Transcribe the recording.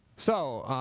so